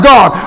God